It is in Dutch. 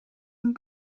een